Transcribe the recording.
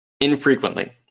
infrequently